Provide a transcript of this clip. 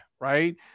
right